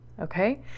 Okay